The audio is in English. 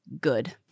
good